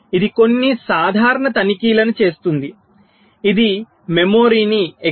ఇది కొన్ని సాధారణ తనిఖీలను చేస్తుంది ఇది మెమరీని etc